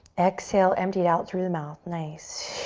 exhale, empty it out through the mouth. nice.